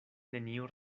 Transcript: neniu